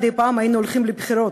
מדי פעם היינו הולכות לבחירות,